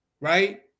right